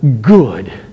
good